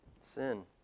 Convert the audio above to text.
Sin